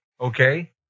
okay